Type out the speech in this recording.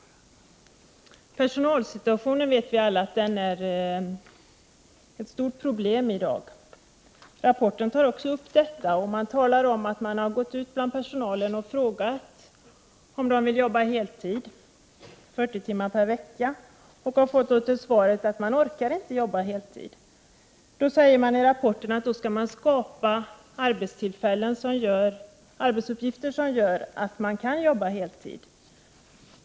Personalsituationen är, det vet alla, ett stort problem i dag. Rapporten tar också upp detta och talar om att man har gått ut bland personalen och frågat om den vill jobba heltid 40 timmar per vecka. Personalen har då svarat att man inte orkar jobba heltid. Då sägs det i rapporten att det skall skapas Prot. 1988/89:44 arbetsuppgifter som gör att man kan jobba heltid.